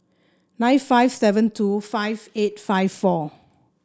nine five seven two five eight five four